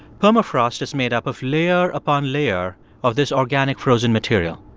permafrost is made up of layer upon layer of this organic frozen material.